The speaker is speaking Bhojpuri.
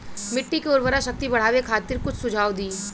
मिट्टी के उर्वरा शक्ति बढ़ावे खातिर कुछ सुझाव दी?